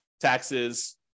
taxes